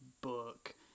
book